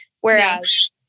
whereas